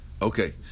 Okay